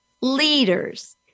leaders